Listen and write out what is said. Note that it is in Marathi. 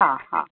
हां हां